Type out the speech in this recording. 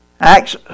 Acts